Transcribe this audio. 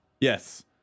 Yes